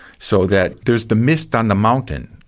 so that there's the mist on the mountain,